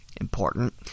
important